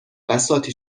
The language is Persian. بساطی